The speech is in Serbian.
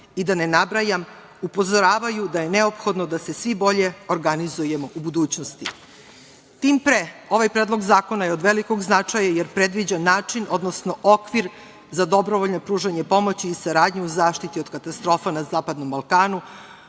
i da ne nabrajam, upozoravaju da je neophodno da se svi bolje organizujemo u budućnosti. Tim pre, ovaj Predlog zakona je od velikog značaja, jer predviđa način, odnosno okvir za dobrovoljno pružanje pomoći i saradnje u zaštiti od katastrofa na Zapadnom Balkanu,